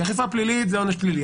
כי אכיפה פלילית זה עונש פלילי,